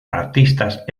artistas